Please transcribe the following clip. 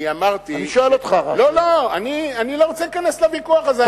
אני לא רוצה להיכנס לוויכוח הזה.